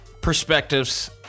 perspectives